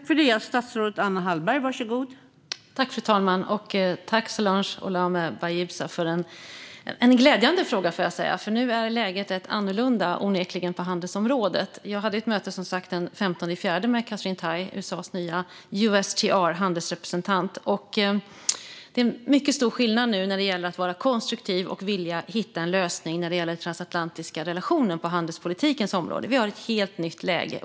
Fru talman! Tack Solange Olame Bayibsa för en glädjande fråga, får jag säga, för nu är läget onekligen annorlunda på handelsområdet. Jag hade som sagt ett möte den 15 april med Katherine Tai, USA:s nya USTR, handelsrepresentant. Det är stor skillnad nu vad gäller konstruktivitet och att vilja hitta en lösning när det gäller den transatlantiska relationen på handelspolitikens område. Vi har ett helt nytt läge.